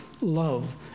love